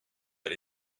but